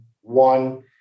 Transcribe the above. one